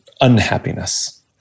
unhappiness